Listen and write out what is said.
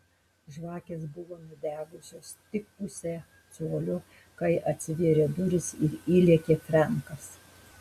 žvakės buvo nudegusios tik pusę colio kai atsivėrė durys ir įlėkė frenkas